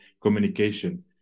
communication